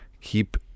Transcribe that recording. keep